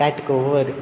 काटकोवर